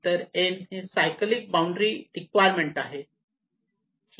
तर n ही cyclic boundary requirement आहे